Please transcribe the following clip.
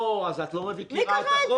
אוה, אז את לא מכירה את החוק.